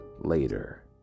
later